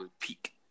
peak